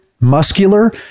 muscular